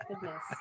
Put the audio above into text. goodness